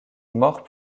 mort